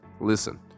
listen